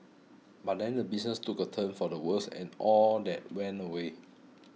but then the business took a turn for the worse and all that went away